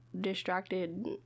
distracted